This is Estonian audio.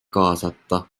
kaasata